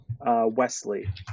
Wesley